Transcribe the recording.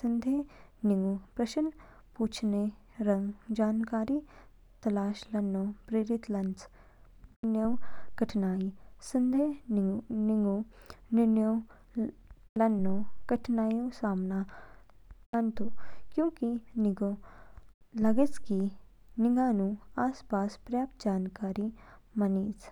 संदेह निगु प्रश्न पूछने रंग जानकारीऊ तलाश लानो प्रेरित लानतो। निर्णयउनु कठिनाई संदेह निगु निर्णय लानो कठिनाईऊ सामना लानतो, क्योंकि निगु लगेच कि निगानु आस पास पर्याप्त जानकारी मा नीज।